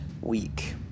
week